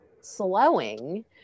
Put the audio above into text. slowing